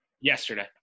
Yesterday